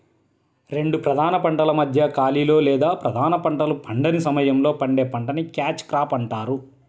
రెండు ప్రధాన పంటల మధ్య ఖాళీలో లేదా ప్రధాన పంటలు పండని సమయంలో పండే పంటని క్యాచ్ క్రాప్ అంటారు